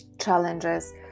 challenges